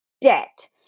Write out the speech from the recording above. debt